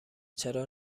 چرا